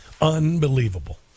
Unbelievable